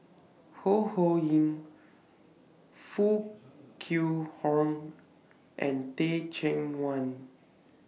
Ho Ho Ying Foo Kwee Horng and Teh Cheang Wan